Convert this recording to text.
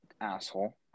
asshole